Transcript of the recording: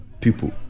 people